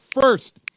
First